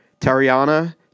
Tariana